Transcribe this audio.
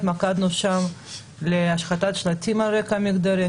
התמקדנו שם בהשחתת שלטים על רקע מגדרי.